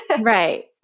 Right